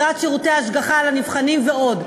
שכירת שירותי השגחה על המבחנים ועוד.